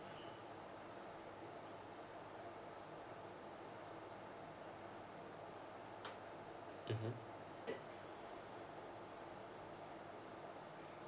mmhmm